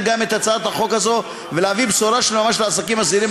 גם את הצעת החוק הזו ולהביא בשורה של ממש לעסקים הזעירים,